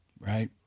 right